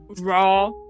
Raw